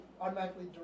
automatically